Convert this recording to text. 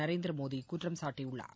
நரேந்திர மோடி குற்றம் சாட்டியுள்ளார்